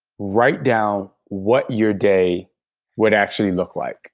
write down what your day would actually look like